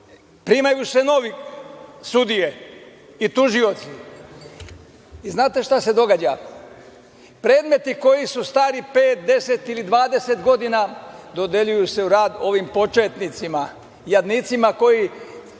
Primaju se nove sudije i tužioci. I znate šta se događa? Predmeti koji su stari 5, 10 ili 20 godina dodeljuju se u rad ovim početnicima, jadnicima koji